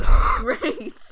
Great